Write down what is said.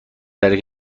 طریق